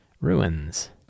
Ruins